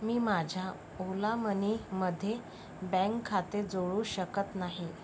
मी माझ्या ओला मनीमध्ये बँक खाते जोडू शकत नाही